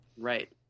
Right